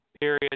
Period